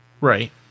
Right